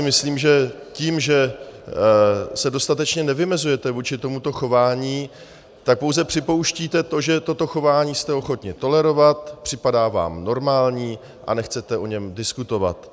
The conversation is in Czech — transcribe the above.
Myslím si, že tím, že se dostatečně nevymezujete vůči tomuto chování, tak pouze připouštíte to, že toto chování jste ochotni tolerovat, připadá vám normální a nechcete o něm diskutovat.